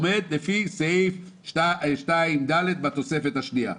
עומד בדרישות לפי סעיף 2(ד) בתוספת השנייה.